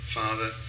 father